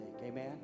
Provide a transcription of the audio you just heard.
amen